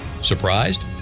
Surprised